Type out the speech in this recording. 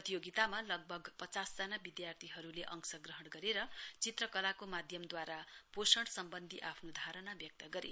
प्रतियोगितामा लगभग पचासजना विधार्थीहरूले अंशग्रहण गरेर चित्रकलाको माध्यमदवारा पोषण सम्वन्धी आफ्नो धारणा ब्यक्त गरे